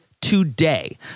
today